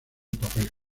papel